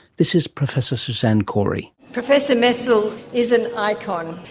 this is professor suzanne cory. professor messel is an icon.